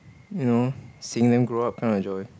you know sing then grow up kind of joy